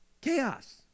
Chaos